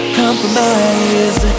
compromise